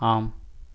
ஆம்